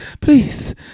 please